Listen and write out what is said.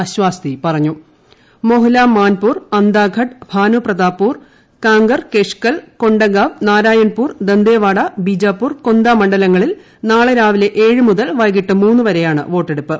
അശ്വാസ്തി പറഞ്ഞു മൊഹ്ല മാൻപൂർ അന്താഗഢ് ഭാനുപ്രതാപ്പൂർ കാങ്കർ കെഷ്ക്കൽ കൊണ്ടഗാവ് നാരായൺപൂർ ദന്തേവാഡ ബിജാപൂർ കൊന്ത മണ്ഡലങ്ങളിൽ നാളെ രാവിലെ ഏഴ് മുതൽ വൈകിട്ട് മൂന്ന് വരെയാണ് വോട്ടെടുപ്പ്